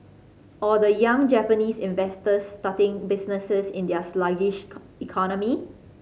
or the young Japanese investors starting businesses in their sluggish economy